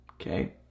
okay